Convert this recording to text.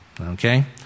okay